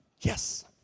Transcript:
Yes